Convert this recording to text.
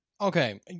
Okay